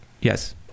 Yes